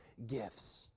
Gifts